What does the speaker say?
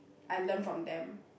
I learn from them